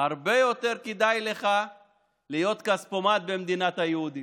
הרבה יותר כדאי לך להיות כספומט במדינת היהודים.